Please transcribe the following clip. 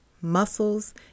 muscles